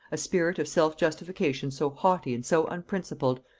a spirit of self-justification so haughty and so unprincipled,